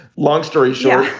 long story short,